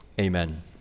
amen